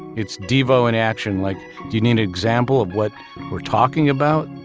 it's devo in action. like, do you need an example of what we're talking about?